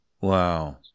Wow